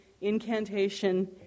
incantation